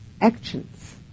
actions